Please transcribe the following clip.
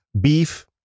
beef